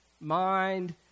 mind